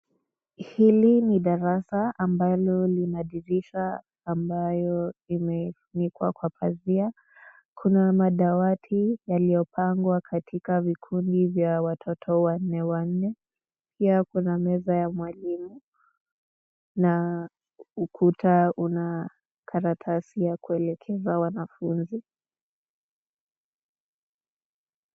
Hili ni darasa ambalo lina dirisha ambayo imefunikwa kwa pazia. Kuna madawati yaliyopangwa katika vikundi vya watoto wanne wanne pia kuna meza ya mwalimu na ukuta una karatasi ya kuelekeza wanafunzi.